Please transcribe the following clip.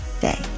day